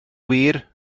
wir